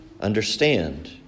understand